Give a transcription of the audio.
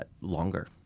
longer